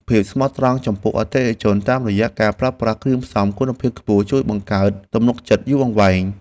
ភាពស្មោះត្រង់ចំពោះអតិថិជនតាមរយៈការប្រើប្រាស់គ្រឿងផ្សំគុណភាពខ្ពស់ជួយបង្កើតទំនុកចិត្តយូរអង្វែង។